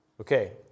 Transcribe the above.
Okay